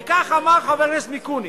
וכך אמר חבר הכנסת מיקוניס: